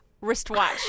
wristwatch